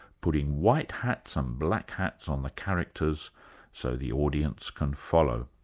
putting white hats and black hats on the characters so the audience can follow?